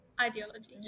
Ideology